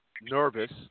nervous